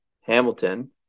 Hamilton